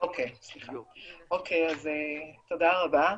תודה רבה.